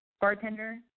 bartender